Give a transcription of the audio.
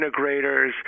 integrators